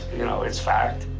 you know, it's fact.